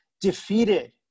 defeated